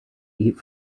eat